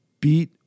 beat